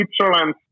Switzerland